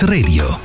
Radio